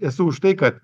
esu už tai kad